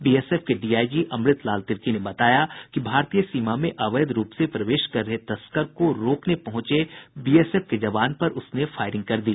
BSF के DIG Amrit Lal Tirkey ने बताया कि भारतीय सीमा में अवैध रूप से प्रवेश कर रहे तस्कर को रोकने पहुंचे बीएसएफ के जवान पर उसने फायरिंग कर दी